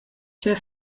tgei